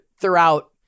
throughout